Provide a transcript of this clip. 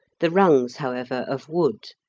the rungs, however, of wood.